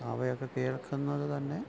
അവയൊക്കെ കേൾക്കുന്നതു തന്നെ